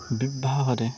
ବାହାରେ